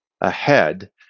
ahead